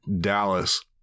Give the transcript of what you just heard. Dallas